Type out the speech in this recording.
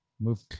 move